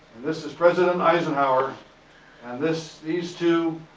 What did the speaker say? this is president eisenhower and this, these two,